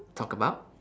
talk about